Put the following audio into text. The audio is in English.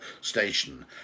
Station